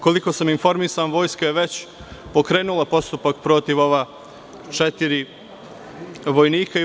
Koliko sam informisan, Vojska je već pokrenula postupak protiv ova četiri vojnika.